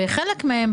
וחלק מהן,